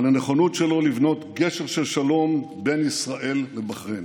על הנכונות שלו לבנות גשר של שלום בין ישראל לבחריין.